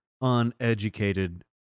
uneducated